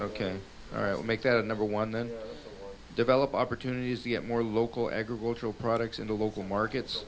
ok all right make that a number one then develop opportunities to get more local agricultural products into local markets